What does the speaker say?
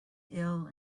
ill